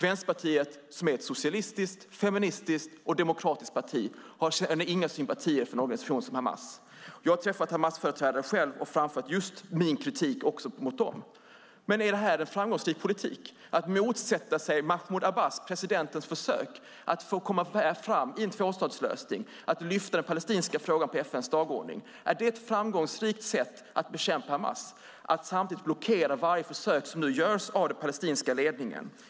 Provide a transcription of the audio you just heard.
Vänsterpartiet, som är ett socialistiskt, feministiskt och demokratiskt parti, känner inga sympatier för en organisation som Hamas. Jag har träffat Hamasföreträdare och framfört min kritik mot dem. Men är det en framgångsrik politik att motsätta sig president Mahmud Abbas försök att komma fram med en tvåstatslösning, att lyfta upp den palestinska frågan på FN:s dagordning? Är det ett framgångsrikt sätt att bekämpa Hamas att samtidigt blockera varje försök som görs av den palestinska ledningen?